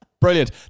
Brilliant